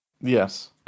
Yes